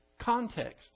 Context